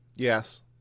yes